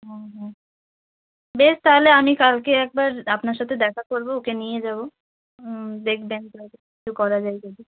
হুম হুম বেশ তাহলে আমি কালকে একবার আপনার সথে দেখা করবো ওকে নিয়ে যাবো দেখবেন যদি কিছু করা যায় যদি